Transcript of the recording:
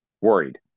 Worried